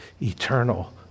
eternal